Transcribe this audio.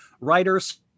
writers